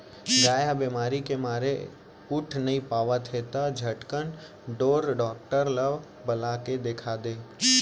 गाय ह बेमारी के मारे उठ नइ पावत हे त झटकन ढोर डॉक्टर ल बला के देखा दे